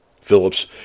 Phillips